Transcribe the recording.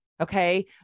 okay